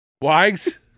Wags